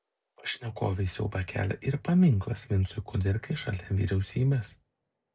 pašnekovei siaubą kelia ir paminklas vincui kudirkai šalia vyriausybės